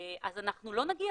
אז אנחנו לא נגיע